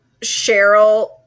cheryl